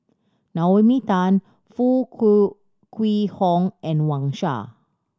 Naomi Tan Foo Kwee Horng and Wang Sha